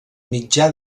mitjà